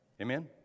Amen